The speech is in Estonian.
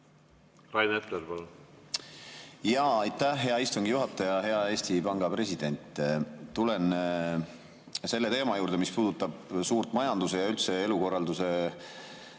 Rain Epler, palun! Aitäh, hea istungi juhataja! Hea Eesti Panga president! Tulen selle teema juurde, mis puudutab suurt majanduse ja üldse elukorralduse